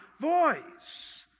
voice